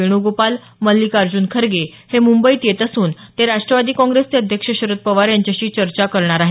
वेणुगोपाल मल्लिकार्जुन खरगे हे मुंबईत येत असून ते राष्ट्रवादी काँग्रेसचे अध्यक्ष शरद पवार यांच्याशी चर्चा करणार आहेत